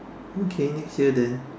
okay next year then